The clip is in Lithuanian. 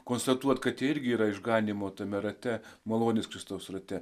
konstatuoti kad ji irgi yra išganymo tame rate malonės kristaus rate